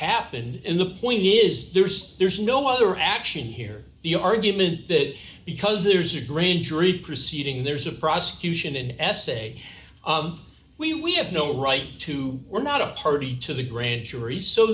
happened in the point is there's there's no other action here the argument that because there's a grand jury proceeding there's a prosecution an essay we have no right to we're not a party to the grand jury so